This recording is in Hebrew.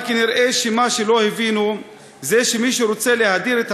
אבל כנראה מה שלא הבינו זה שמי שרוצה להדיר את